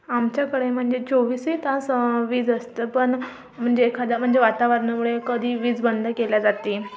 आमच्याकडे म्हणजे चोवीसही तास वीज असतं पण म्हणजे एखाद्या म्हणजे वातावरणामुळे कधी वीज बंद केल्या जातीन